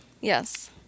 Yes